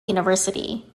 university